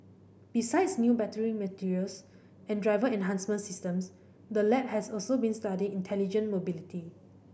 besides new battery materials and driver enhancement systems the lab has also been studying intelligent mobility